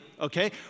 okay